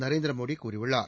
நரேந்திரமோடி கூறியுள்ளார்